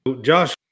Josh